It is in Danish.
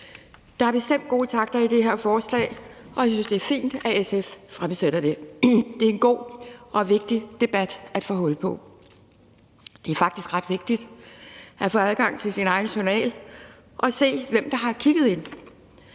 Der er bestemt gode takter i det her forslag, og jeg synes, det er fint, at SF fremsætter det. Det er en god og vigtig debat at få hul på. Det er faktisk ret vigtigt at kunne få adgang til sin egen journal og se, hvem der har kigget i